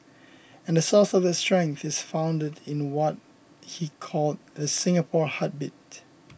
and the source of that strength is founded in what he called the Singapore heartbeat